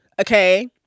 okay